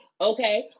Okay